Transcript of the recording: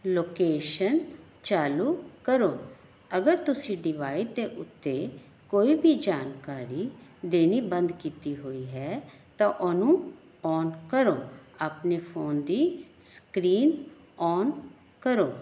location ਚਾਲੂ ਕਰੋ ਅਗਰ ਤੁਸੀਂ ਡਿਵਾਈਡ ਦੇ ਉੱਤੇ ਕੋਈ ਵੀ ਜਾਣਕਾਰੀ ਦੇਣੀ ਬੰਦ ਕੀਤੀ ਹੋਈ ਹੈ ਤਾਂ ਉਹਨੂੰ ਆਨ ਕਰੋ ਆਪਣੇ ਫੋਨ ਦੀ ਸਕਰੀਨ ਔਨ ਕਰੋ